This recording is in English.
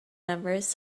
numbers